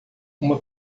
uma